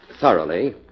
thoroughly